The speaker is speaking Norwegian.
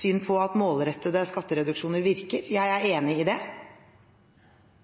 syn på at målrettede skattereduksjoner virker. Jeg er enig i det.